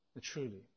Truly